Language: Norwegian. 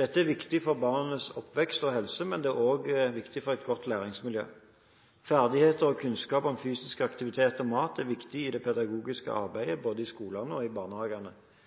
Dette er viktig for barns oppvekst og helse, men det er òg viktig for et godt læringsmiljø. Ferdigheter og kunnskaper om fysisk aktivitet og mat er viktig i det pedagogiske arbeidet, både i skolene og i barnehagene.